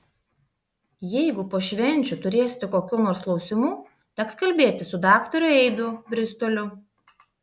jeigu po švenčių turėsite kokių nors klausimų teks kalbėtis su daktaru eibių bristoliu